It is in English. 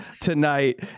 tonight